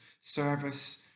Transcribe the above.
service